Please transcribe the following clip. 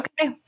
Okay